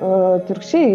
o atvirkščiai